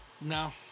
No